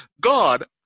God